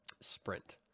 Sprint